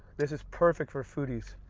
this is perfect for foodies.